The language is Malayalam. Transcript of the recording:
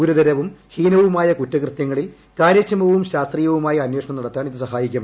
ഗുരുതരവും ഹീനവുമായ കുറ്റകൃത്യങ്ങളിൽ കാര്യക്ഷമവും ശാസ്ത്രീയവുമായ അന്വേഷണം നടത്താൻ ഇത് സഹായിക്കും